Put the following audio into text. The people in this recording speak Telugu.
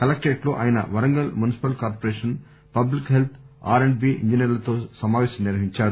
కలెక్టరేట్ లో ఆయన Warangal municipal corporation public health R and B ఇంజనీర్లతో సమాపేశం నిర్వహించారు